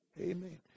Amen